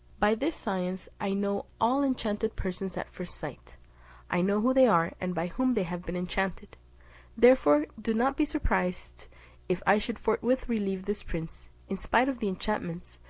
by this science i know all enchanted persons at first sight i know who they are, and by whom they have been enchanted therefore do not be surprised if i should forthwith relieve this prince, in spite of the enchantments,